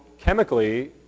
Chemically